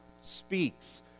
speaks